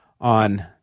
on